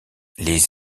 les